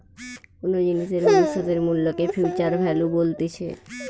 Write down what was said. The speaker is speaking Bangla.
কোনো জিনিসের ভবিষ্যতের মূল্যকে ফিউচার ভ্যালু বলতিছে